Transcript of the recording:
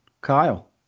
Kyle